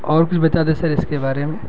اور کچھ بتا دیں سر اس کے بارے میں